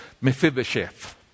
Mephibosheth